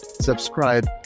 subscribe